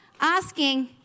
asking